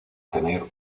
tener